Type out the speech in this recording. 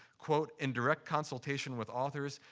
quote, in direct consultation with authors,